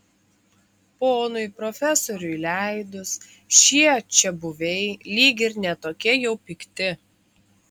ponui profesoriui leidus šie čiabuviai lyg ir ne tokie jau pikti